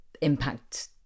impact